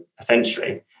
essentially